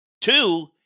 Two